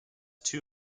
two